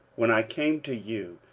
when i came to you,